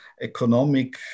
economic